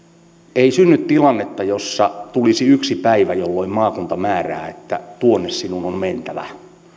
ei synny tilannetta jossa tulisi yksi päivä jolloin maakunta määrää että tuonne sinun on mentävä